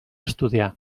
estudiar